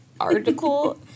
article